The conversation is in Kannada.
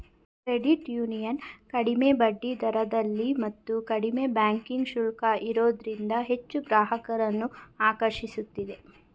ಕ್ರೆಡಿಟ್ ಯೂನಿಯನ್ ಕಡಿಮೆ ಬಡ್ಡಿದರದಲ್ಲಿ ಮತ್ತು ಕಡಿಮೆ ಬ್ಯಾಂಕಿಂಗ್ ಶುಲ್ಕ ಇರೋದ್ರಿಂದ ಹೆಚ್ಚು ಗ್ರಾಹಕರನ್ನು ಆಕರ್ಷಿಸುತ್ತಿದೆ